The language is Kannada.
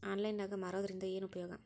ಆನ್ಲೈನ್ ನಾಗ್ ಮಾರೋದ್ರಿಂದ ಏನು ಉಪಯೋಗ?